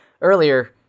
earlier